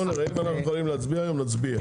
אם אנחנו יכולים להצביע היום נצביע.